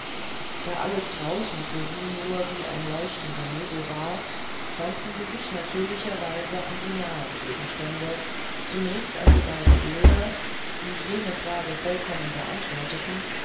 da alles draußen für sie nur ein leuchtender nebel war wandten sie sich natürlicherweise an die nahen gegenstände zunächst an die beiden bilder die jene frage vollkommen beantworteten